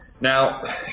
Now